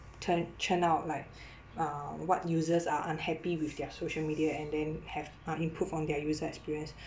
turn churn out like uh what users are unhappy with their social media and then have uh improve on their user experience